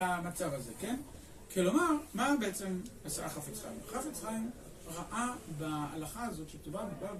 המצב הזה כן? כלומר, מה בעצם עשה החפץ חיים? החפץ חיים ראה בהלכה הזאת שכתובה ב...